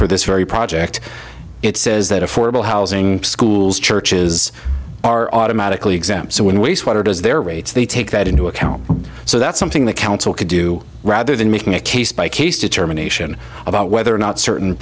for this very project it says that affordable housing schools churches are automatically exams so when wastewater does their rates they take that into account so that's something the council could do rather than making a case by case determination about whether or not certain